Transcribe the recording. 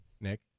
Nick